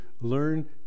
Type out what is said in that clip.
learn